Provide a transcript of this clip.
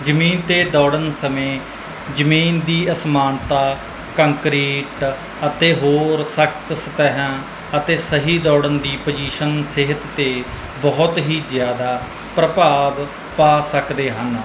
ਜ਼ਮੀਨ 'ਤੇ ਦੌੜਨ ਸਮੇਂ ਜ਼ਮੀਨ ਦੀ ਅਸਮਾਨਤਾ ਕੰਕਰੀਟ ਅਤੇ ਹੋਰ ਸਖਤ ਸਤਹਿਆਂ ਅਤੇ ਸਹੀ ਦੌੜਨ ਦੀ ਪੁਜੀਸ਼ਨ ਸਿਹਤ 'ਤੇ ਬਹੁਤ ਹੀ ਜ਼ਿਆਦਾ ਪ੍ਰਭਾਵ ਪਾ ਸਕਦੇ ਹਨ